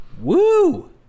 Woo